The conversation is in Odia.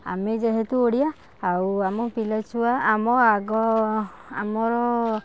ଆମେ ଯେହେତୁ ଓଡ଼ିଆ ଆଉ ଆମ ପିଲା ଛୁଆ ଆମ ଆଗ ଆମର